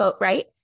right